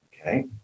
Okay